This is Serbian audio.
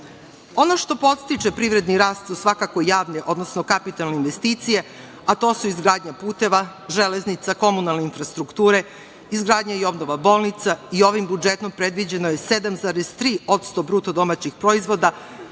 što podstiče privredni rast su svakako javne, odnosno kapitalne investicije, a to su izgradnja puteva, železnica, komunalne infrastrukture, izgradnja i obnova bolnica i ovim budžetom predviđeno je 7,3% BDP-a, odnosno